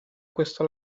questo